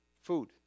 food